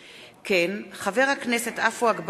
מאת חבר הכנסת יואל חסון,